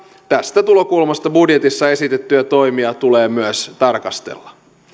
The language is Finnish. tästä tulokulmasta budjetissa esitettyjä toimia tulee myös tarkastella